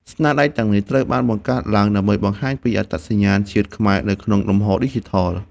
ស្នាដៃទាំងនេះត្រូវបានបង្កើតឡើង ដើម្បីបង្ហាញអត្តសញ្ញាណជាតិខ្មែរនៅក្នុងលំហឌីជីថល។